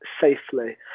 safely